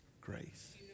grace